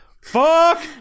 fuck